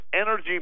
energy